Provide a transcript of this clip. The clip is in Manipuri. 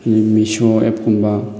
ꯑꯗꯩ ꯃꯤꯁꯣ ꯑꯦꯞꯀꯨꯝꯕ